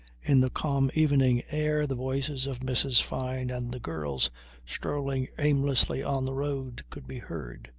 in the calm evening air the voices of mrs. fyne and the girls strolling aimlessly on the road could be heard.